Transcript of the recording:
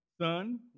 son